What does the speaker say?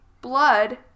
blood